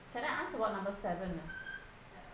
can I ask about number seven ah